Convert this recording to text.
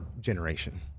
generation